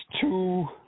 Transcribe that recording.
two